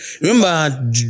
remember